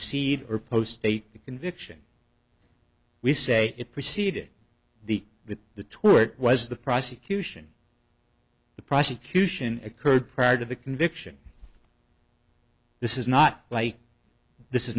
ded or post a conviction we say it preceded the that the tour was the prosecution the prosecution occurred prior to the conviction this is not like this is